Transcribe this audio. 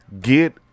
get